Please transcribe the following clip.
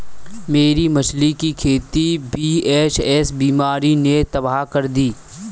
मेरी मछली की खेती वी.एच.एस बीमारी ने तबाह कर दी